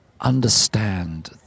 understand